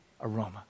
aroma